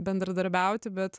bendradarbiauti bet